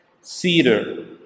cedar